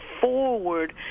forward